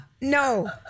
No